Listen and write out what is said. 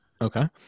Okay